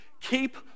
keep